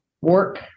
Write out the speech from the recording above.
work